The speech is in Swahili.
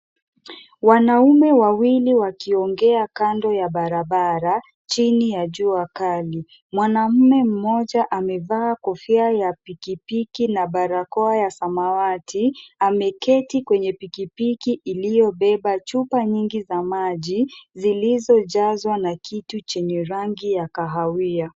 Wanaume wawili wakiongea kando ya barabara chini ya jua kali . Mwanaume mmoja amevaa kofia ya pikipiki na barakoa ya samawati. Ameketi kwenye pikipiki iliyobeba chupa nyingi za maji zilizojazwa na kitu chenye rangi ya kahawia.